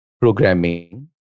programming